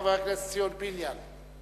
חבר הכנסת ציון פיניאן.